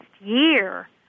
year